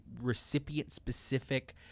recipient-specific